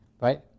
right